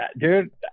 Dude